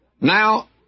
Now